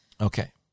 Okay